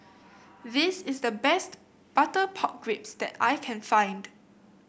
this is the best Butter Pork Ribs that I can find